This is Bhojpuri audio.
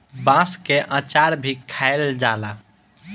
बांस के अचार भी खाएल जाला